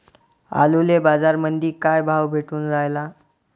आलूले बाजारामंदी काय भाव भेटून रायला?